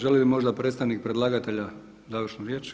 Želi li možda predstavnik predlagatelja završnu riječ?